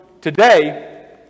today